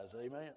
Amen